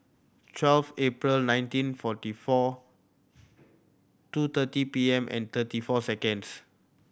twelve April nineteen forty four two thirty P M and thirty four seconds